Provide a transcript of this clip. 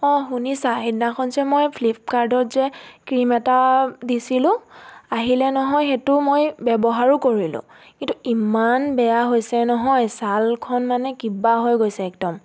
অঁ শুনিছা সেইদিনাখন যে মই ফ্লিপকাৰ্টত যে ক্ৰীম এটা দিছিলোঁ আহিলে নহয় সেইটো মই ব্যৱহাৰো কৰিলোঁ কিন্তু ইমান বেয়া হৈছে নহয় ছালখন মানে কিবা হৈ গৈছে একদম